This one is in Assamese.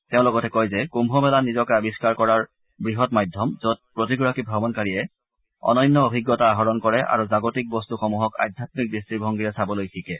তেওঁ লগত কয় যে কুম্ভ মেলা নিজকে আৱিষ্কাৰ কৰাৰ বৃহৎ মাধ্যম যত প্ৰতিগৰাকী ভ্ৰমণকাৰীয়ে অনন্য অভিজ্ঞতা আহৰণ কৰে আৰু জাগতিক বস্তুসমূহক আধ্যাম্মিক দৃষ্টিভংগীৰে চাবলৈ শিকে